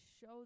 show